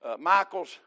Michael's